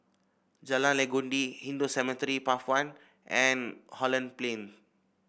Jalan Legundi Hindu Cemetery Path one and Holland Plain